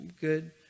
good